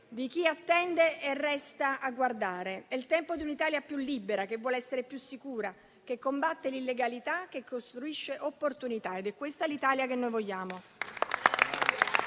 di chi attende e resta a guardare. È il tempo di un'Italia più libera, che vuole essere più sicura, che combatte l'illegalità, che costruisce opportunità. Ed è questa l'Italia che noi vogliamo.